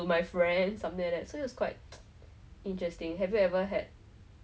wrong luggage and then like my nose was blocked throughout the flight there lah